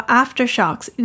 aftershocks